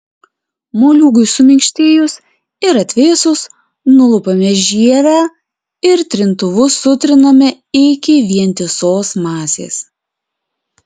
moliūgui suminkštėjus ir atvėsus nulupame žievę ir trintuvu sutriname iki vientisos masės